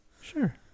Sure